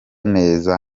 neza